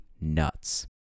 nuts